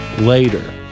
later